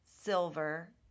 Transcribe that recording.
Silver